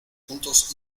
juntos